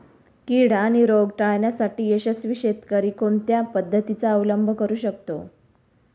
कीड आणि रोग टाळण्यासाठी यशस्वी शेतकरी कोणत्या पद्धतींचा अवलंब करू शकतो?